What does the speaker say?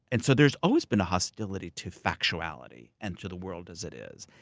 and so there's always been a hostility to factuality and to the world as it is.